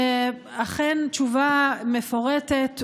אכן תשובה מפורטת ומלומדת,